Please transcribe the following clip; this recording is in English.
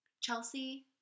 Chelsea